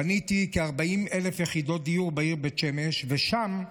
בניתי כ-40,000 יחידות דיור בעיר בית שמש, ושם,